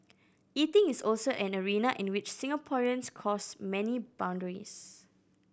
eating is also an arena in which Singaporeans cross many boundaries